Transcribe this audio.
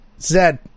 Zed